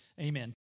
Amen